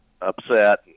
upset